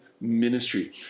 ministry